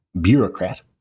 bureaucrat